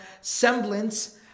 semblance